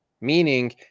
meaning